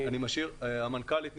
נשארת כאן המנכ"לית,